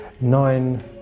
nine